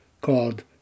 called